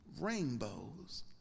rainbows